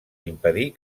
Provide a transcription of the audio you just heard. impedir